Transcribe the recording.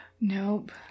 Nope